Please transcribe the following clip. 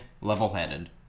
level-headed